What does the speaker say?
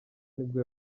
nibwo